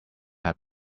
have